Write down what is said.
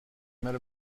met